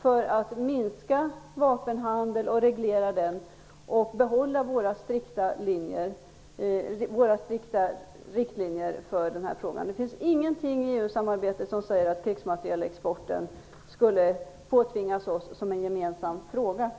för att minska vapenhandel och reglera den samt behålla våra strikta riktlinjer i frågan. Det finns ingenting i EU-samarbetet som säger att krigsmaterielexporten skulle påtvingas oss som en gemensam fråga.